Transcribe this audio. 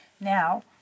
Now